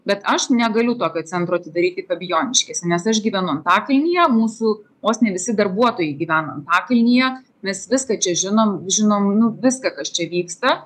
bet aš negaliu tokio centro atidaryti fabijoniškėse nes aš gyvenu antakalnyje mūsų vos ne visi darbuotojai gyvena antakalnyje mes viską čia žinom žinom nu viską kas čia vyksta